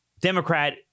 Democrat